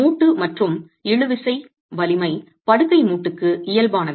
மூட்டு மற்றும் இழுவிசை வலிமை படுக்கை மூட்டுக்கு இயல்பானது